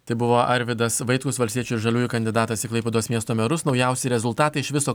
tai buvo arvydas vaitkus valstiečių žaliųjų kandidatas į klaipėdos miesto merus naujausi rezultatai iš viso